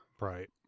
Right